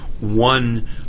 one